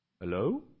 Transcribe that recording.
hello